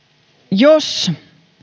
jos